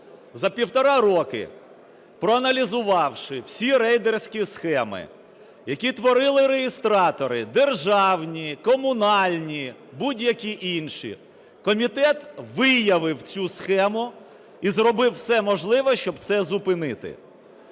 За півтора роки, проаналізувавши всі рейдерські схеми, які творили реєстратори державні, комунальні, будь-які інші, комітет виявив цю схему і зробив все можливе, щоб це зупинити,